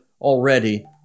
already